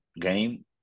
game